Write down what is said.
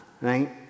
Right